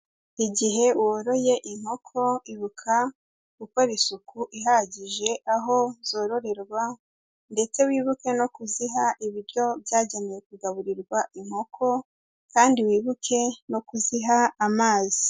Igihe woroye inkoko, ibuka gukora isuku ihagije aho zororerwa, ndetse wibuke no kuziha ibiryo byagenewe kugaburirwa inkoko, kandi wibuke no kuziha amazi.